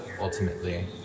ultimately